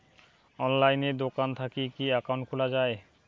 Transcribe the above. অনলাইনে দোকান থাকি কি একাউন্ট খুলা যায়?